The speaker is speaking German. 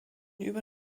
über